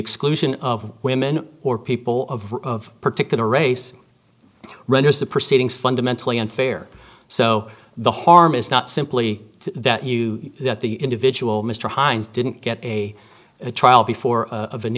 exclusion of women or people of particular race renders the proceedings fundamentally unfair so the harm is not simply that you that the individual mr heins didn't get a trial before